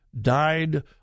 died